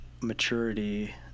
maturity